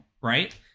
right